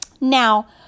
Now